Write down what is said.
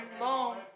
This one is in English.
long